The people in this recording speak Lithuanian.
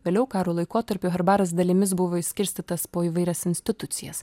vėliau karo laikotarpiu herbaras dalimis buvo išskirstytas po įvairias institucijas